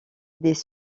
des